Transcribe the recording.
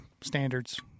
standards